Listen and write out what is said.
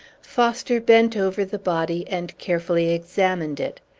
foster bent over the body, and carefully examined it.